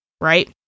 right